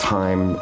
time